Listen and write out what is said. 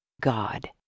God